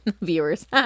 viewers